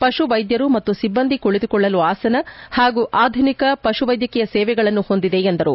ಪಶು ವೈದ್ಯರು ಮತ್ತು ಸಿಬ್ಲಂದಿ ಕುಳತುಕೊಳ್ಳಲು ಆಸನ ಹಾಗೂ ಆಧುನಿಕ ಪಶು ವೈದ್ಯಕೀಯ ಸೇವೆಗಳನ್ನು ಹೊಂದಿದೆ ಎಂದರು